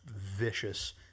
vicious